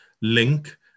link